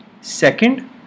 second